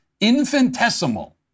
infinitesimal